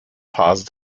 phase